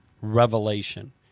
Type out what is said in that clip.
revelation